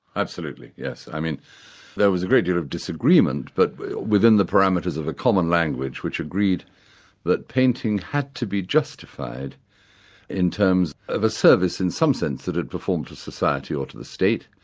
absolutely, yes. i mean there was a great deal of disagreement, but within the parameters of a common language which agreed that painting had to be justified in terms of a service in some sense that it performed to society or to the state,